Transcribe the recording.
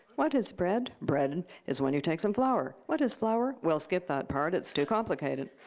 what is bread? bread and is when you take some flour. what is flour? we'll skip that part. it's too complicated.